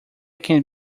can